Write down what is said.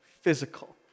physical